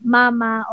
mama